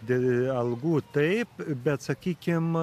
dėl algų taip bet sakykim